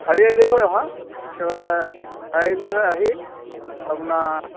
চাৰিআলি হৈ আহা চাৰিআালি হৈ আহি আপোনাৰ